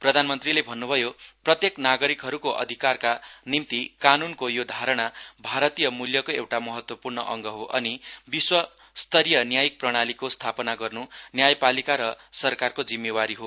प्रधानमन्त्रीले भन्नुभयो प्रत्येक नागरिकहरुको अधिकारका निम्ति कानूनको यो धारणा भारतीय मूल्यको एउटा महत्वपूर्ण अंग हो अनि विश्व स्तरीय न्यायिक प्रणालीको स्थापना गर्न् न्यायपालिका र सरकारको जिम्मेवारी हो